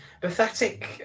pathetic